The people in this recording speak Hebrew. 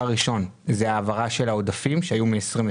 הראשון הוא העברה של העודפים שהיו מ-2020.